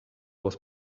was